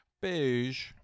Beige